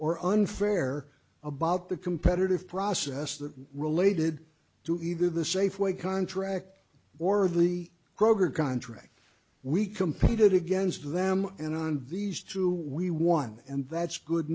or unfair about the competitive process that related to either the safeway contract or the kroger contract we competed against them in on these two we won and that's good